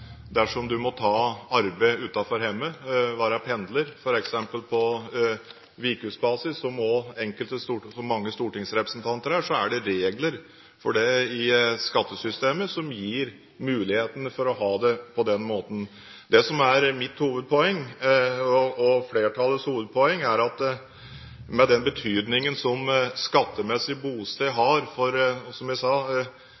dersom en må ta arbeid utenfor hjemmet, f.eks. være pendler på ukebasis som mange stortingsrepresentanter er, er det regler for det i skattesystemet som gir muligheten for å ha det på den måten. Det som er mitt og flertallets hovedpoeng, er at med den betydningen som skattemessig bosted